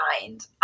mind